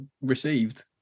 received